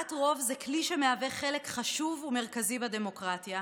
הצבעת רוב היא כלי שמהווה חלק חשוב ומרכזי בדמוקרטיה,